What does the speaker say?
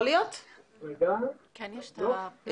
תמשיך לנסות,